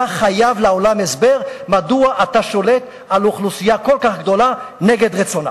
אתה חייב לעולם הסבר מדוע אתה שולט על אוכלוסייה כל כך גדולה נגד רצונה.